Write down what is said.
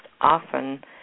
often